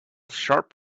sharp